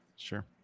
Sure